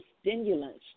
stimulants